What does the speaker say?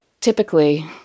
Typically